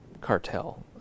Cartel